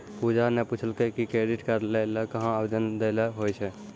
पूजा ने पूछलकै कि क्रेडिट कार्ड लै ल कहां आवेदन दै ल होय छै